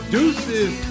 Deuces